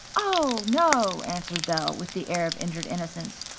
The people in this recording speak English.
oh, no, answered belle with the air of injured innocence.